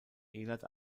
elert